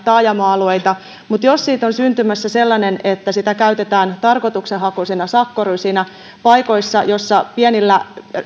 taajama alueita mutta jos siitä on syntymässä sellainen että sitä käytetään tarkoituksenhakuisina sakkorysinä paikoissa joissa